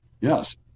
Yes